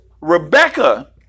Rebecca